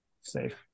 Safe